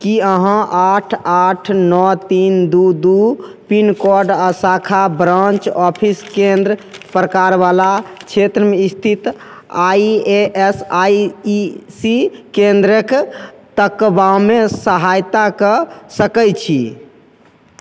की अहाँ आठ आठ नओ तीन दू दू पिनकोड आ शाखा ब्रांच ऑफिस केंद्र प्रकार वाला क्षेत्र स्थित I A S I E C केन्द्रके तकबामे सहायता कऽ सकै छी